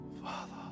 Father